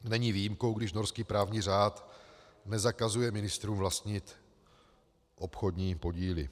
Není výjimkou, když norský právní řád nezakazuje ministrům vlastnit obchodní podíly.